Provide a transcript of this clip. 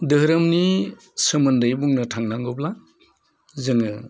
धोरोमनि सोमोन्दै बुंनो थांनांगौब्ला जोङो